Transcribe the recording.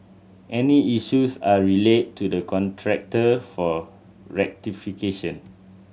any issues are relayed to the contractor for rectification